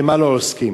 במה לא עוסקים,